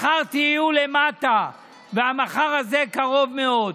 מחר תהיו למטה, והמחר הזה קרוב מאוד.